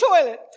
toilet